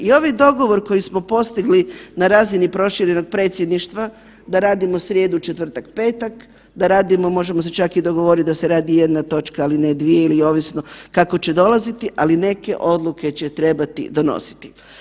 I ovaj dogovor koji smo postigli na razini proširenog Predsjedništva da radimo srijedu, četvrtak, petak, da radimo možemo se čak i dogovoriti da se radi jedna točka ali ne dvije, ali ovisno kako će dolaziti, ali neke odluke će trebati donositi.